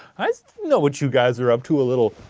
i know what you guys are up to, a little.